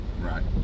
Right